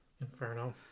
Inferno